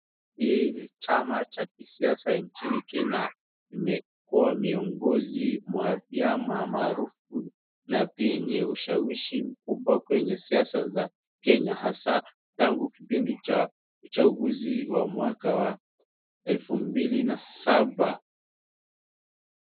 Hii ni chama cha kisiasa nchini Kenya kimekuwa miongozi mwa vyama maarufu na vyenye ushawishi mkubwa kwenye siasa za Kenya hasa tangu kipindi cha uchaguzi wa mwaka wa elfu mbili na saba.